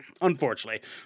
Unfortunately